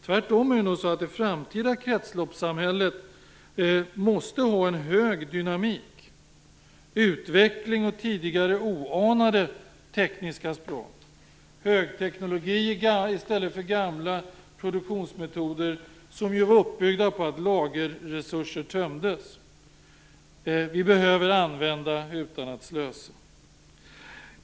Tvärtom är det nog så att det framtida kretsloppssamhället måste ha en hög dynamik, utveckling och tidigare oanade tekniska språng samt högteknologi i stället för gamla produktionsmetoder, som ju var uppbyggda på att lagerresurser tömdes. Vi behöver använda utan att slösa.